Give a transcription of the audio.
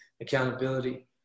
accountability